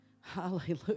Hallelujah